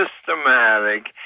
systematic